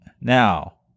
now